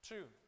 Two